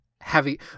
heavy